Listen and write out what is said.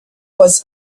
was